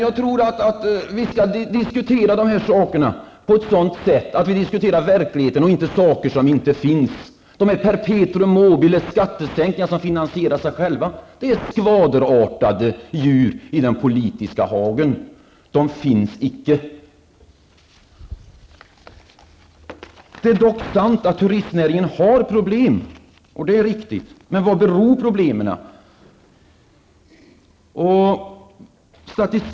Jag tycker att vi skall behandla frågorna på ett sådant sätt att vi diskuterar verkligheten och inte företeelser som inte existerar. De per petuum mobile-skattesänkningar som finansierar sig själva är skvaderliknande djur i den politiska hagen. De existerar icke. Det är dock sant att turistnäringen har problem. Men vad beror problemen på?